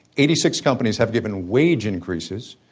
eighty six companies have given wage increases,